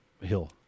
hill